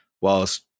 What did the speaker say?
whilst